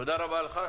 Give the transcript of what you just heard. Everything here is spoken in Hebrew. תודה רבה לך.